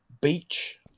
Beach